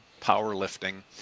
powerlifting